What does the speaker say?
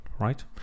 right